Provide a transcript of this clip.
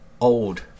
old